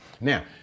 Now